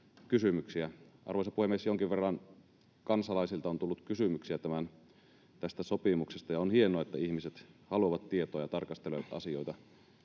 Arvoisa puhemies! Jonkin verran kansalaisilta on tullut kysymyksiä tästä sopimuksesta, ja on hienoa, että ihmiset haluavat tietoa ja tarkastelevat asioita